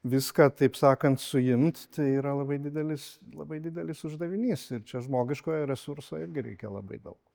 viską taip sakant suimt tai yra labai didelis labai didelis uždavinys ir čia žmogiškojo resurso irgi reikia labai daug